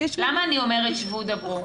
למה אני אומרת שבו דברו?